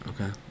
Okay